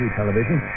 television